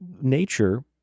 nature